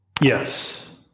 Yes